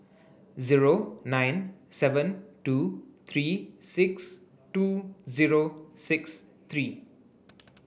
zero nine seven two three six two zero six three